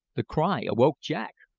the cry awoke jack,